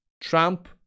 Trump